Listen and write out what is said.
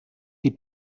die